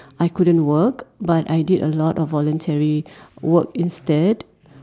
I couldn't work but I did a lot of voluntary work instead